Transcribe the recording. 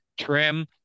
trim